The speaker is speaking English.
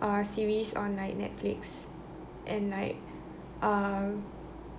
uh series on like netflix and like uh